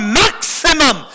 maximum